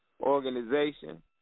organization